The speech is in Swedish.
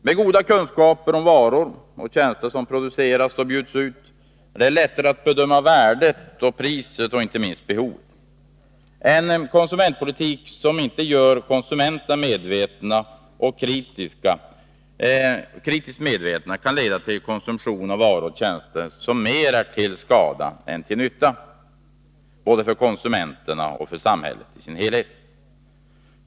Med goda kunskaper om de varor som produceras och bjuds ut är det lättare att bedöma värdet, priset och inte minst behovet. En konsumentpolitik som inte gör konsumenterna medvetna och kritiska kan leda till konsumtion av varor och tjänster som mer är till skada än till nytta både för konsumenterna och för samhället i dess helhet.